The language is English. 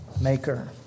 Maker